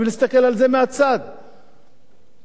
וזה יכול לקרות לכל אחד מאתנו.